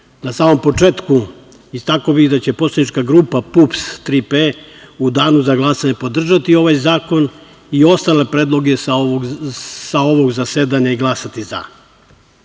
samom početku istakao bih da će poslanička grupa PUPS – „Tri P“ u danu za glasanje podržati ovaj zakon i ostale predloge sa ovog zasedanja i glasati za. Mi